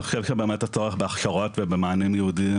אני חושב שבאמת הצורך בהכשרות ובמענים ייעודיים,